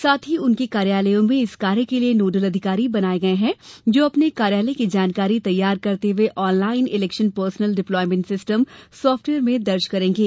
साथ ही उनके कार्यालयों में इस कार्य के लिये नोडल अधिकारी बनाए गए हैं जो अपने कार्यालय की जानकारी तैयार करते हुए online election personnel deployment system software में दर्ज करेंगे